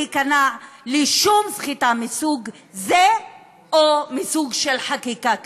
להיכנע לשום סחיטה מסוג זה או מסוג של חקיקה כזו.